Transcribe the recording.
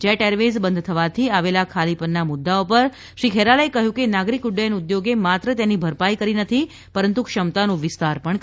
jet Airways બંધ થવાથી આવેલા ગોપના મુદ્દા પર શ્રી ખૈરોલએ કહ્યું કે નાગરિક ઉદ્દાયન ઉદ્યોગ માત્ર તેની ભરપાઇ કરી નથી પરંતુ ક્ષમતાનું વિસ્તાર પણ કર્યું છે